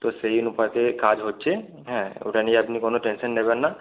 তো সেই অনুপাতে কাজ হচ্ছে হ্যাঁ ওটা নিয়ে আপনি কোনো টেনশন নেবেন না